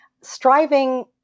striving